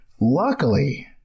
Luckily